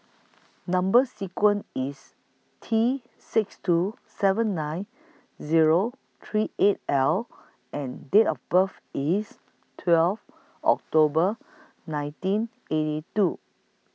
Number sequence IS T six two seven nine Zero three eight L and Date of birth IS twelve October nineteen eighty two